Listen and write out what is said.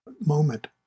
moment